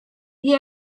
wie